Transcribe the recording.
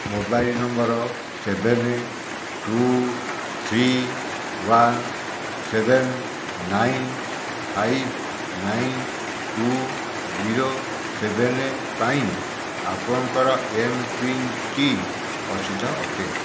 mobile number seven two three one seven nine five nine two zero seven ପାଇଁ ଆପଣଙ୍କର ଏମ୍ପିନ୍ଟି ଅସିଦ୍ଧ ଅଟେ